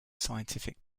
scientific